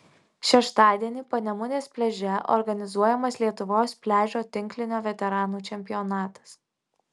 šeštadienį panemunės pliaže organizuojamas lietuvos pliažo tinklinio veteranų čempionatas